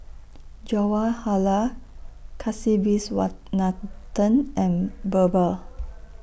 Jawaharlal Kasiviswanathan and Birbal